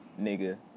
nigga